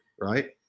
Right